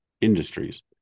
industries